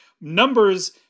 Numbers